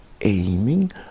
aiming